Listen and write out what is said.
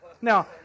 Now